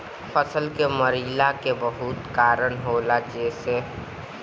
फसल के मरईला के बहुत कारन होला जइसे कि पूरा खेत ज्यादा बारिश के वजह से बर्बाद हो गईल